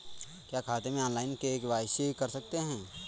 क्या खाते में ऑनलाइन के.वाई.सी कर सकते हैं?